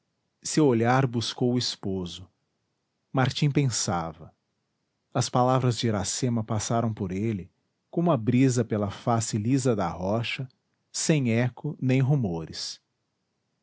seu olhar buscou o esposo martim pensava as palavras de iracema passaram por ele como a brisa pela face lisa da rocha sem eco nem rumores